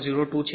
02 છે